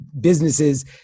Businesses